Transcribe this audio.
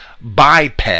biped